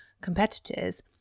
competitors